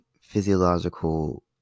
physiological